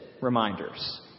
reminders